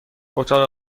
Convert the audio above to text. اتاق